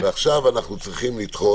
ועכשיו אנחנו צריכים לדחות.